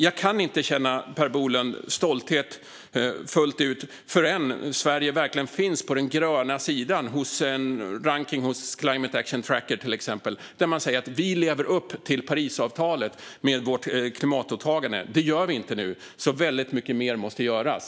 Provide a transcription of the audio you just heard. Jag kan inte, Per Bolund, känna stolthet fullt ut förrän Sverige verkligen finns på den gröna sidan i en rankning hos till exempel Climate Action Tracker och man säger att vi lever upp till Parisavtalet med vårt klimatåtagande. Det gör vi inte nu. Väldigt mycket mer måste alltså göras.